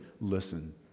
listen